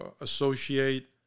associate